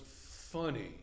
funny